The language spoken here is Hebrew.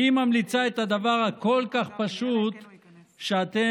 והיא ממליצה את הדבר הכל-כך פשוט שאתם,